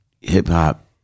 hip-hop